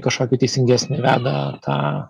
kažkoki teisingesnį veda tą